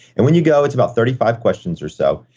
and when you go, it's about thirty five questions or so.